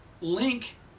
Link